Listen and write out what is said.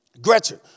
Gretchen